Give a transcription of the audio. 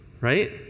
right